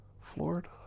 Florida